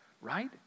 right